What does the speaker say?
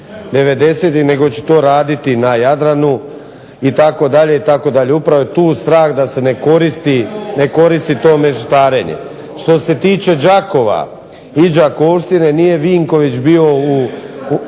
nego će to raditi na Jadranu itd., itd. Upravo je tu strah da se ne koristi to mešetarenje. Što se tiče Đakova i Đakovštine, nije Vinković bio u…